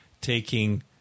taking